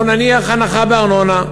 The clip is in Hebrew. או נניח הנחה בארנונה,